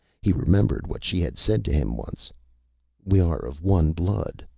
he remembered what she had said to him once we are of one blood,